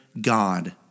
God